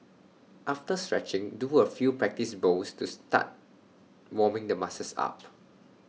after stretching do A few practice bowls to start warming the muscles up